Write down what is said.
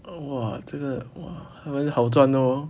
!wah! 这个 !wah! 还蛮好赚的 hor